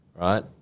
right